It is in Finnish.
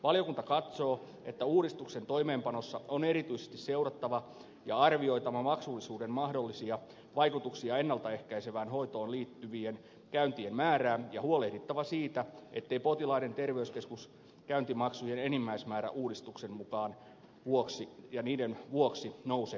valiokunta katsoo että uudistuksen toimeenpanossa on erityisesti seurattava ja arvioitava maksullisuuden mahdollisia vaikutuksia ennalta ehkäisevään hoitoon liittyvien käyntien määrään ja huolehdittava siitä ettei potilaiden terveyskeskuskäyntimaksujen enimmäismäärä uudistuksen vuoksi nouse nykyisestä